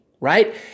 right